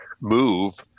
move